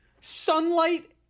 Sunlight